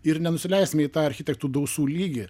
ir nenusileisime į tą architektų dausų lygį